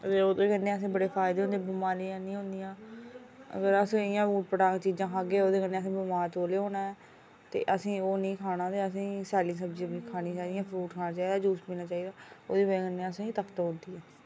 ते ओह्दे कन्नै असेंगी बड़े फायदे होंदे बमारियां निं होंदियां अगर अस इंटया ऊट पटांग चीज़ां खाह्गे ओह्दे कन्नै असें बमार तौले होना ऐ ते असें ओह् निं खाना ते असेंगी सैल्ली सब्जी दा फ्रूट खाना चाहिदा जूस पीना चाहिदा ओह्दी बजह कन्नै असेंगी ताकत औंदी ऐ